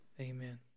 amen